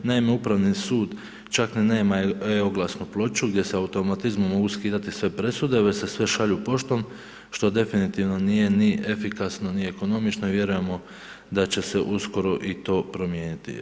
Naime, Upravi sud čak ni nema e oglasnu ploču, gdje se automatizmom mogu skidati sve presude već se sve šalju poštom, što definitivno nije ni efikasno ni ekonomično i vjerujemo da će se uskoro i to promijeniti.